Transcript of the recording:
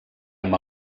amb